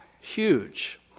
huge